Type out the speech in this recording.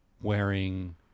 wearing